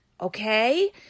okay